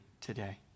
today